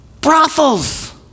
brothels